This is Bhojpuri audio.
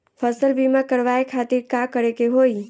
फसल बीमा करवाए खातिर का करे के होई?